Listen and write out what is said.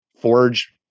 forge